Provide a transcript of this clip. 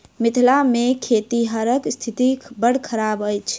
मिथिला मे खेतिहरक स्थिति बड़ खराब अछि